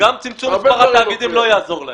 גם צמצום מספר התאגידים לא יעזור להם.